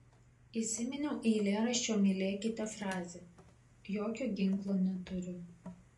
įsiminiau eilėraščio mylėkite frazę jokio ginklo neturiu